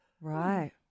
Right